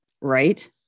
right